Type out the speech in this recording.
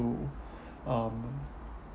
to um